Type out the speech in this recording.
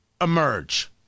emerge